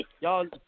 Y'all